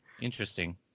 Interesting